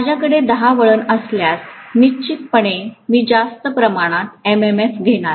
माझ्याकडे 10 वळणे असल्यास निश्चितपणे मी जास्त प्रमाणात MMF घेणार आहे